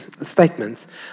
statements